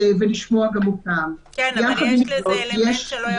ולשמוע גם אותם -- אבל יש בזה אלמנט שלא יבואו.